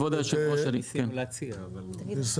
ניסינו להציע, אבל לא -.